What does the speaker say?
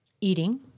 eating